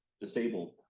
Disabled